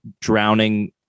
drowning